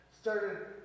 started